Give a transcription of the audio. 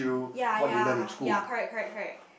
ya ya ya correct correct correct